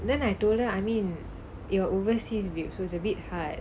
then I told her I mean you're overseas so it's a bit hard